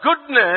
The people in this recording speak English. goodness